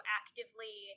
actively